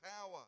power